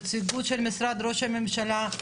נציגות של משרד ראש הממשלה,